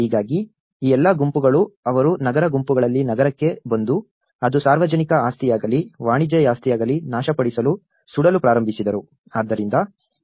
ಹೀಗಾಗಿ ಈ ಎಲ್ಲಾ ಗುಂಪುಗಳು ಅವರು ನಗರ ಗುಂಪುಗಳಲ್ಲಿ ನಗರಕ್ಕೆ ಬಂದು ಅದು ಸಾರ್ವಜನಿಕ ಆಸ್ತಿಯಾಗಲಿ ವಾಣಿಜ್ಯ ಆಸ್ತಿಯಾಗಲಿ ನಾಶಪಡಿಸಲು ಸುಡಲು ಪ್ರಾರಂಭಿಸಿದರು